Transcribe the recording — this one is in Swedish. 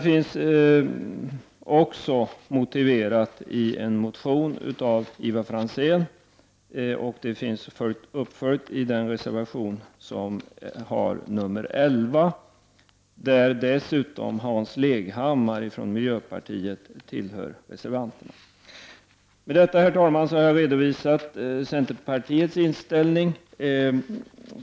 Vårt ställningstagande motiveras i en motion av Ivar Franzén och följs upp i reservation 11. Hans Leghammar från miljöpartiet hör också till reservanterna. Med detta, herr talman, har jag redovisat centerpartiets inställning.